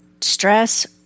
stress